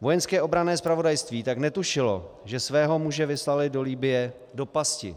Vojenské obranné zpravodajství tak netušilo, že svého muže vyslalo do Libye do pasti.